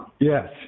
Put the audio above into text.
Yes